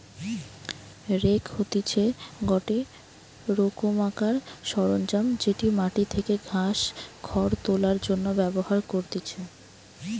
rake হতিছে গটে রোকমকার সরঞ্জাম যেটি মাটি থেকে ঘাস, খড় তোলার জন্য ব্যবহার করতিছে